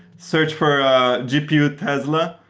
search for a gpu tesla.